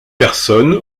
personnes